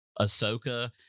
Ahsoka